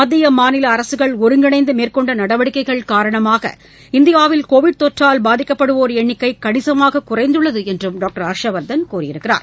மத்திய மாநில அரசுகள் ஒருங்கிணைந்து மேற்கொண்ட நடவடிக்கைகள் காரணமாக இந்தியாவில் கோவிட் தொற்றால் பாதிக்கப்படுவோர் எண்ணிக்கை கணிசமாக குறைந்துள்ளது என்றும் டாக்டர் ஹர்ஷ்வர்தன் கூறினார்